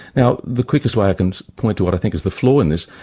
now, the quickest way i can point to what i think is the flaw in this,